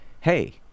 hey